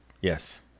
Yes